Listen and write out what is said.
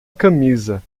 camisa